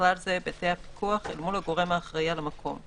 ובכלל זה היבטי הפיקוח אל מול הגורם האחראי על המקום,